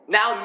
Now